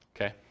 Okay